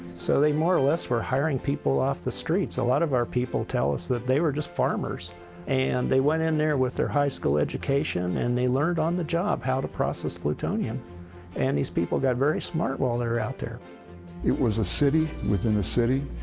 so they, more or less, were hiring people off the streets. a lot of our people tell us that they were just farmers and they went in there with their high school education and they learned on the job how to process plutonium and these people got very smart while they were out there. freiberg it was a city within a city.